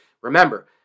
Remember